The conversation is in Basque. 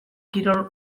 kirol